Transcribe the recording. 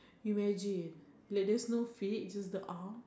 imagine like there's no feet just the arm